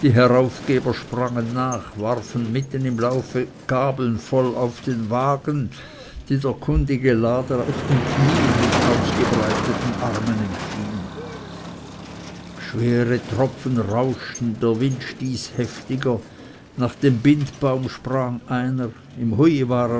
heraufgeber sprangen nach warfen mitten im laufe gabeln voll auf den wagen die der kundige lader auf den knien mit ausgebreiteten armen empfing schwere tropfen rauschten der wind stieß heftiger nach dem bindbaum sprang einer im